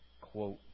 quote